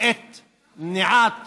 ואת מניעת